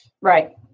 Right